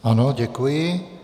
Ano, děkuji.